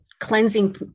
cleansing